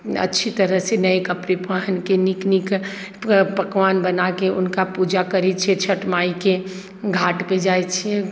अच्छी तरहसँ नए कपड़े पहनके नीक नीक पकवान बना कऽ हुनका पूजा करैत छियै छठि माइके घाटपर जाइत छियै